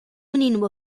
menino